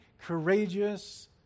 courageous